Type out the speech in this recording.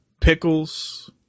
pickles